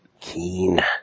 Keen